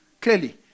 Clearly